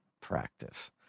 practice